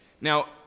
Now